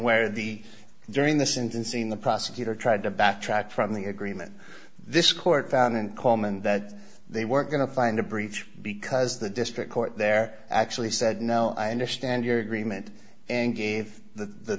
where the during the sentencing the prosecutor tried to backtrack from the agreement this court found in coleman that they weren't going to find a breach because the district court there actually said now i understand your agreement and gave the